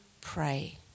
pray